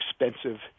expensive